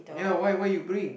ya why why you bring